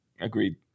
Agreed